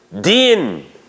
din